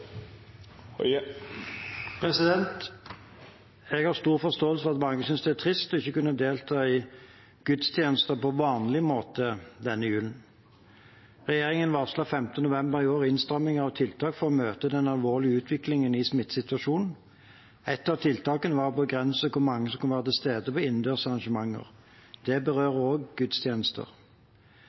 trist å ikke kunne delta i gudstjenester på vanlig måte denne julen. Regjeringen varslet 5. november i år innstramminger av tiltak for å møte den alvorlige utviklingen i smittesituasjonen. Ett av tiltakene var å begrense hvor mange som kunne være til stede på innendørs arrangementer. Det berører også gudstjenester,